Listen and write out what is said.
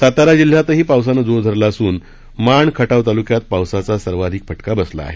सातारा जिल्ह्यातही पावसानं जोर धरला असून माण खटाव तालुक्यात पावसाचा सर्वाधिक फटका बसला आहे